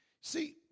See